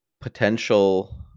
potential